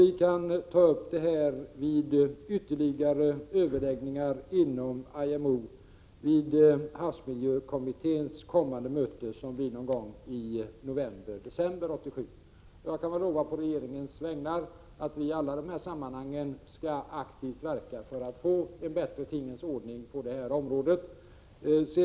Vi kan dessutom ta upp dessa frågor vid ytterligare överläggningar inom IMO, vid havsmiljökommitténs kommande möte, som blir någon gång i novemberdecember 1987. Jag kan på regeringens vägnar lova att vi i alla dessa sammanhang aktivt skall verka för att få en bättre tingens ordning på det här området.